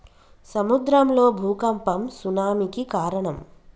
సముద్రం లో భూఖంపం సునామి కి కారణం